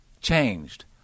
changed